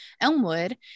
Elmwood